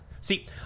See